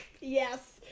Yes